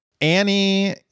Annie